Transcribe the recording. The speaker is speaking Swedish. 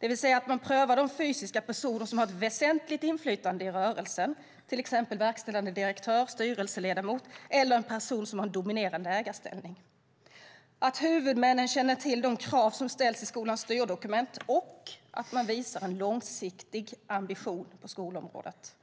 det vill säga att man prövar de fysiska personer som har ett väsentligt inflytande i rörelsen. Det gäller till exempel verkställande direktör, styrelseledamot eller en person som har en dominerande ägarställning. Huvudmännen ska känna till de krav som ställs i skolans styrdokument och visa en långsiktig ambition på skolområdet.